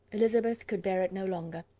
elizabeth could bear it no longer.